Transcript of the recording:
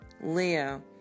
Leo